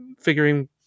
figuring